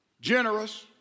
generous